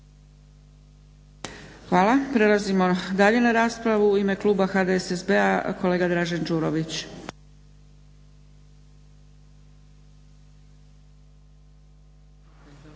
Hvala. Prelazimo dalje na raspravu. U ime kluba HDSSB-a kolega Dražen Đurović.